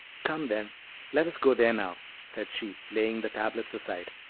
come, then let us go there now, said she, laying the tablets aside.